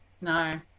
No